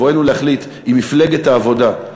אם מפלגת העבודה,